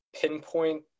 pinpoint